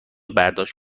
برداشت